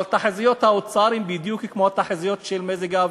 אבל תחזיות האוצר הן בדיוק כמו התחזיות של מזג האוויר.